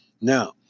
Now